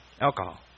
alcohol